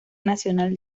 nacional